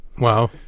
Wow